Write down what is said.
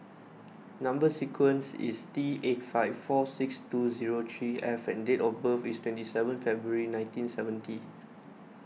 Number Sequence is T eight five four six two zero three F and date of birth is twenty seven February nineteen seventy